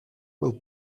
will